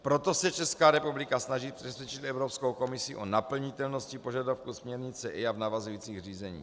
Proto se Česká republika snaží přesvědčit Evropskou komisi o naplnitelnosti požadavků směrnice EIA v navazujících řízeních.